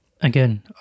Again